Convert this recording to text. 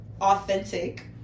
authentic